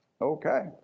Okay